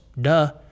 duh